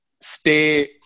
stay